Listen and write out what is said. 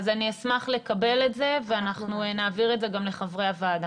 אז אני אשמח לקבל את זה ואנחנו נעביר את זה גם לחברי הוועדה.